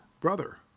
brother